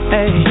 Hey